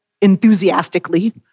enthusiastically